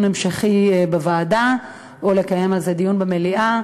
המשכי בוועדה או לקיים על זה דיון במליאה,